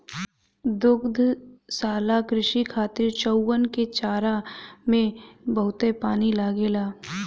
दुग्धशाला कृषि खातिर चउवन के चारा में बहुते पानी लागेला